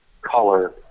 color